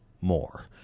more